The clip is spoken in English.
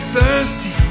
thirsty